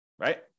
right